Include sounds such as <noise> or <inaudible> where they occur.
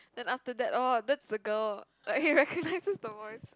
then after that orh that's the girl like he <laughs> recognises the voice